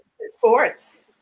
sports